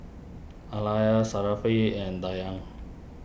and Dayang